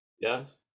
Yes